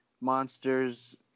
monsters